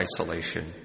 isolation